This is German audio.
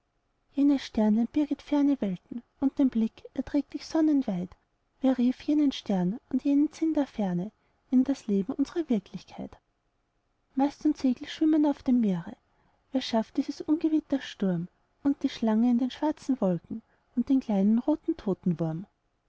jenes sternlein birget ferne welten und dein blick er trägt dich sonnenweit wer rief jenen stern und jenen sinn der ferne in das leben unsrer wirklichkeit mast und segel schwimmen auf dem meere wer schafft dieses ungewitters sturm und die schlange in den schwarzen wolken und den kleinen roten